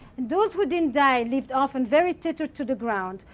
and those who didn't die lived often very tethered to the ground,